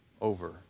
over